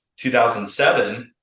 2007